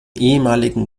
ehemaligen